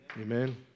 Amen